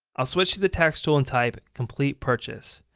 i'll switch to the text tool and type complete purchase